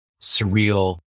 surreal